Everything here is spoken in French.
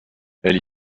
elle